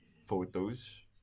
photos